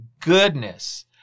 goodness